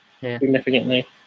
Significantly